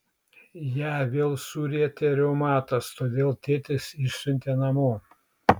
ją vėl surietė reumatas todėl tėtis išsiuntė namo